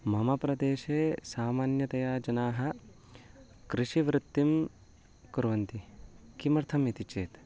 मम प्रदेशे सामान्यतया जनाः कृषिवृत्तिं कुर्वन्ति किमर्थम् इति चेत्